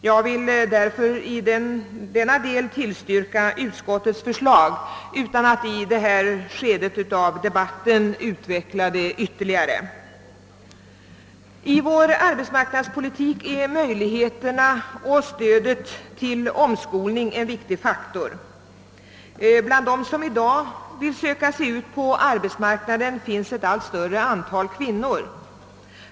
Jag vill därför på denna punkt tillstyrka utskottets förslag, utan att i detta skede av debatten utveckla det mera. I vår arbetsmarknadspolitik är omskolning och stöd till omskolning en viktig faktor. Bland dem som i dag vill söka sig ut på arbetsmarknaden finns ett allt större antal kvinnor.